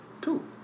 Two